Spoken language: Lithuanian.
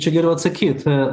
čia geriau atsakyt